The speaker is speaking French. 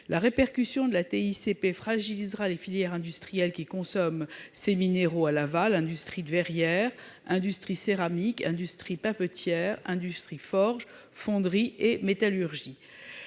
La répercussion de la TICPE fragilisera les filières industrielles qui consomment ces minéraux à l'aval : industrie verrière, industrie céramique, industrie papetière, industrie forge, fonderie et métallurgie,